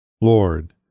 Lord